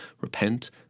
repent